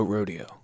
Rodeo